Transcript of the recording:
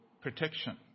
protection